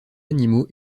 animaux